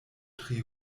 tri